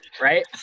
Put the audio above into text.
Right